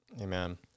Amen